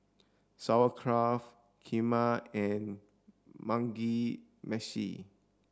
Sauerkraut Kheema and Mugi Meshi